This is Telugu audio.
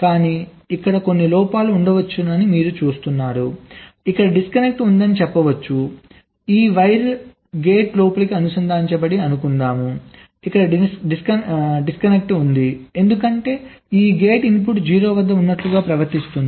కానీ ఇక్కడ కొన్ని లోపాలు ఉండవచ్చని మీరు చూస్తారు ఇక్కడ డిస్కనెక్ట్ ఉందని చెప్పవచ్చు ఈ వైర్ గేట్ లోపలికి అనుసంధానించబడిందని అనుకుందాం ఇక్కడ డిస్కనెక్ట్ ఉంది ఎందుకంటే ఈ గేట్ ఇన్పుట్ 0 వద్ద ఉన్నట్లుగా ప్రవర్తిస్తుంది